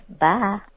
Bye